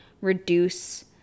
reduce